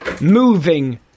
Moving